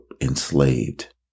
enslaved